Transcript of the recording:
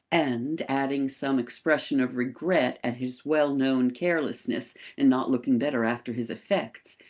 and, adding some expression of regret at his well-known carelessness in not looking better after his effects,